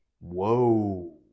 Whoa